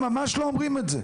הם ממש לא אומרים את זה,